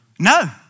No